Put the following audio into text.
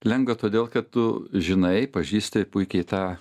lengva todėl kad tu žinai pažįsti puikiai tą